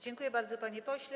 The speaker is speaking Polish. Dziękuję bardzo, panie pośle.